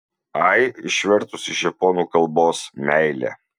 ai išvertus iš japonų kalbos meilė